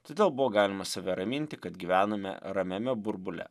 todėl buvo galima save raminti kad gyvename ramiame burbule